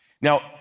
Now